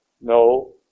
No